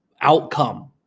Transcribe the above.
outcome